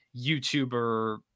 YouTuber